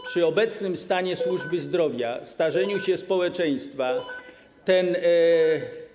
Przy obecnym stanie służby zdrowia, starzeniu się społeczeństwa, ten problem.